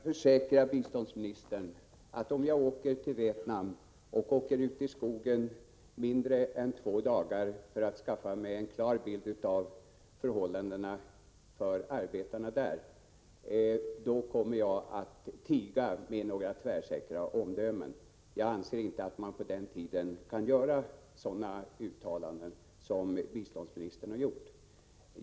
Herr talman! Jag kan försäkra biståndsministern att om jag far till Vietnam och åker ut i skogen mindre än två dagar för att skaffa mig en bild av förhållandena för arbetarna där, då kommer jag att tiga med tvärsäkra omdömen. Jag anser inte att man efter så kort vistelse kan göra sådana uttalanden som biståndsministern har gjort.